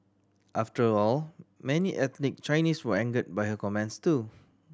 after all many ethnic Chinese were angered by her comments too